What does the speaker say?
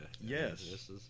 Yes